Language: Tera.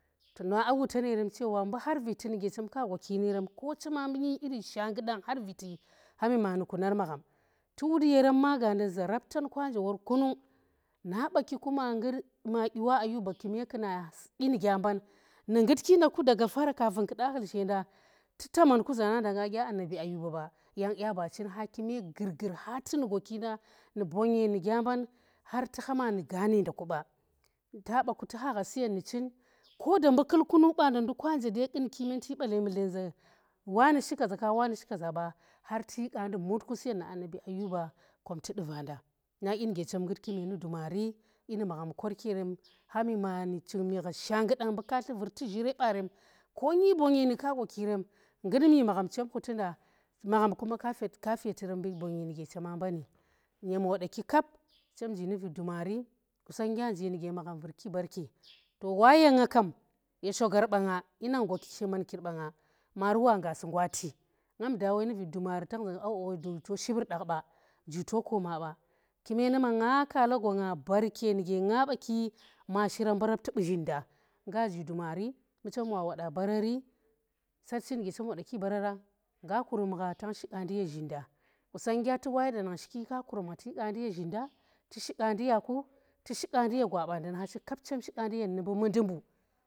Na a wutan yeren chewa mbu harviti nuge chem ka gwaki yeneren ko cema mbu nyi ko shanggudang har viti hami ma nu kunar. agham. in wut yeren magaandan za raptankwa nje wor kunung na baki ku ma ngut ma dyiwa Ayuba kuma kuna dyi na gya mban, nu ngutki nda ku daga far kafun kuda khul shenda tu taman ku za na nda da annabi Ayuba ba yang dya ba cin ha kune gurgur hati nu gwaki nda, nu banye nu gya mban tu hama nu gane nda ku ba ta ba ku tu kunung baa nda nduke nje de qunki man tuyi balaye mudlen za wane shi kaza ka ba har tuyi qaandi mut ku siyen nu annabi Ayuba, kom tudu vaanda, nadyi nuge chem ngutki meeni dumari dyinu magham korki yerem, hami mani ching mi gha shanggudang mbu katlu, vurti zhire barem konyi bonye nu ka gwaki ren ngutmi magham chem khuti nda, magham kuma ka fet ka fete rem mbu bonye nuge chema mbani nyem wodaki kap, chem ji nu rid dumari qusonggya nuge magham vurki baarke, to wa ye nga kam ye shogar banga, maari wa ngasi ngwa ti ngam da woi nu rid dumari qusangi anje ji to shib rudakh ba ji to ko maa ba, kune nume nga kaala gwanga baarke nu ye nga baki ma shiran mbu rapti bu zhina nda ngaji dumari, mbu chem wa woda barari sarchi nuge chem wa woda bararang, nga kurum gha tang shi qaa ndi ye zhi nda. Qusonnggya tuk wa nang shiki qaandi ye zhin ndong, tu shi qaandi ya ku, tu shi qaandi ye gwa ba nda nu hachin ku nu mbu mundi mbu.